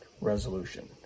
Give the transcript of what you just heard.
resolution